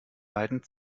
beiden